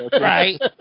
Right